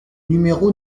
numéro